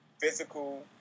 physical